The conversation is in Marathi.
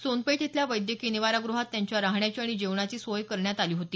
सोनपेठ इथल्या वैद्यकीय निवाराग्रहात त्यांच्या राहण्याची आणि जेवणाची सोय करण्यात आली होती